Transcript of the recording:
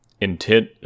intent